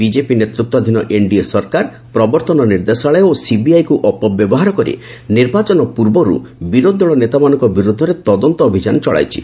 BJP ନେତୃତ୍ୱାଧୀନ NDA ସରକାର ପ୍ରବର୍ତ୍ତନ ନିର୍ଦ୍ଦେଶାଳୟ ଓ ସିବିଆଇକୁ ଅପବ୍ୟବହାର କରି ନିର୍ବାଚନ ପୂର୍ବରୁ ବିରୋଧୀଦଳ ନେତାମାନଙ୍କ ବିରୁଦ୍ଧରେ ତଦନ୍ତ ଅଭିଯାନ ଚଳାଇଛି